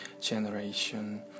Generation